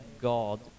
God